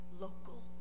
local